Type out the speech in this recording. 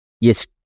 yes